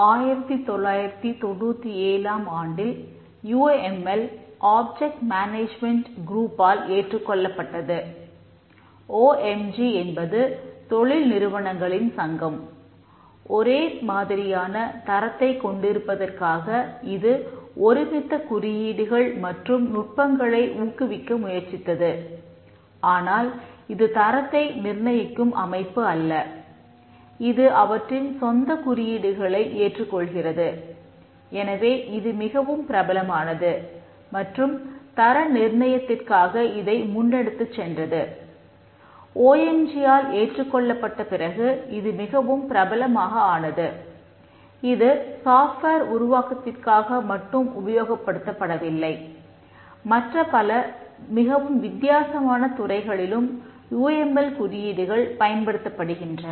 1997ம் ஆண்டில் U M L குறியீடுகள் பயன்படுத்தப்படுகின்றன